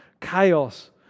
chaos